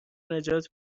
نجات